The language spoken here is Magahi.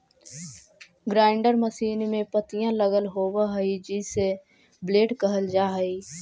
ग्राइण्डर मशीन में पत्तियाँ लगल होव हई जिसे ब्लेड कहल जा हई